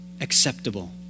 acceptable